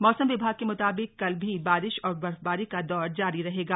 मौसम विभाग के मुताबिक कल भी बारिश और बर्फबारी का दौर जारी रहेगा